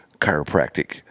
chiropractic